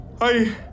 I-